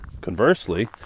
Conversely